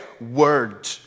word